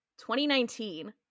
2019